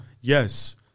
Yes